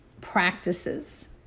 practices